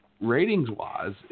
ratings-wise